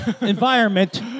environment